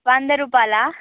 వంద రూపాయలా